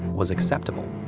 was acceptable.